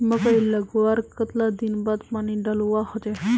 मकई लगवार कतला दिन बाद पानी डालुवा होचे?